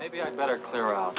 maybe i'd better clear out